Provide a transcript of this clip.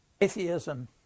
Atheism